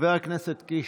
חבר הכנסת קיש,